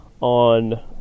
on